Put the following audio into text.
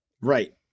right